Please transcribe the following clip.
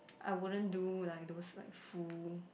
I wouldn't do like those like full